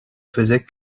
faisait